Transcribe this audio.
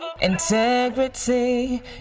integrity